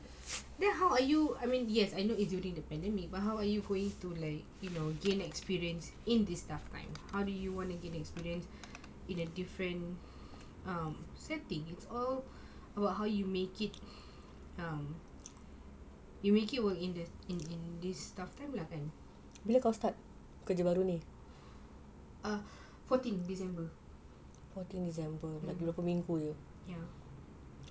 then how are you I mean yes I know it's during a pandemic but how are you going to like you know gain experience in this tough time how do you want to gain experience in a different um setting it's all about how you make it um you make it work in the in in this stuff kan lah fourteen december